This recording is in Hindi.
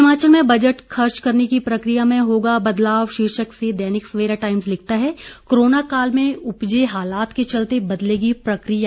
हिमाचल में बजट खर्च करने की प्रकिया में होगा बदलाव शीर्षक से दैनिक सवेरा टाइम्स लिखता है कोरोना काल में उपजे हालात के चलते बदलेगी प्रकिया